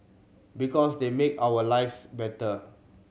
because they make our lives better